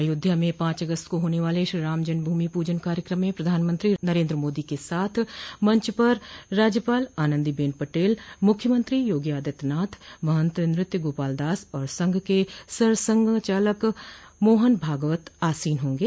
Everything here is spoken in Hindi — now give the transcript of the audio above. अयोध्या में पांच अगस्त को होने वाले श्रीराम जन्मभूमि पूजन कार्यक्रम में प्रधानमंत्री नरेन्द्र मोदी के साथ मंच पर राज्यपाल आनंदीबेन पटेल मुख्यमंत्री योगी आदित्यनाथ महंत नृत्यगोपाल दास और संघ के सरसंघ चालक मोहन भागवत आसीन होंगे